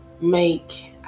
make